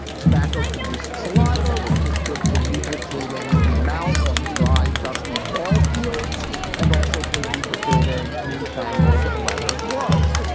tobacco produced saliva, which was good for lubricating the mouth on dry, dusty ball fields and also for lubricating newfangled leather gloves.